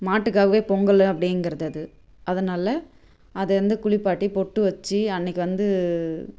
மாட்டுக்காகவே பொங்கல் அப்படிங்கறது அது அதனாலே அதை வந்து குளிப்பாட்டி பொட்டு வச்சு அன்றைக்கி வந்து